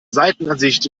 seitenansicht